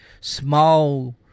small